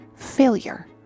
failure